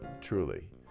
truly